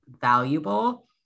valuable